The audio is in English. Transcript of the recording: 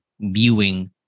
viewing